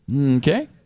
Okay